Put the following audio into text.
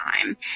time